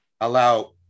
allow